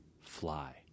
Fly